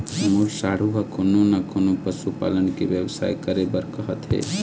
मोर साढ़ू ह कोनो न कोनो पशु पालन के बेवसाय करे बर कहत हे